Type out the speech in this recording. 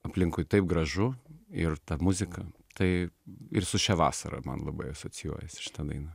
aplinkui taip gražu ir ta muzika tai ir su šia vasara man labai asocijuojasi šita daina